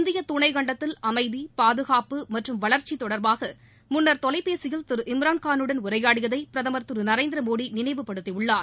இந்திய துணைகண்டத்தில் அமைதி பாதுகாப்பு மற்றும் வளர்ச்சித் தொடர்பாக முன்னர் தொலைபேசியில் திரு இம்ரான்கானுடன் உரையாடியதை பிரதமர் நரேந்திரமோடி கிரு நினைவுப்படுத்தியுள்ளார்